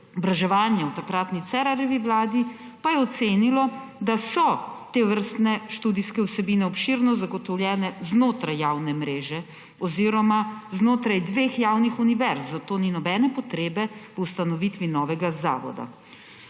v takratni Cerarjevi vladi pa je ocenilo, da so tovrstne študijske vsebine obširno zagotovljene znotraj javne mreže oziroma znotraj dveh javnih univerz, zato ni nobene potrebe po ustanovitvi novega zavoda.